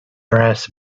brass